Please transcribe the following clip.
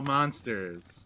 Monsters